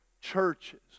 churches